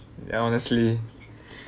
ya honestly